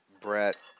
Brett